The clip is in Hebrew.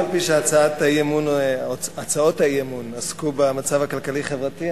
אף על-פי שהצעות האי-אמון עסקו במצב הכלכלי-חברתי,